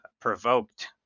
provoked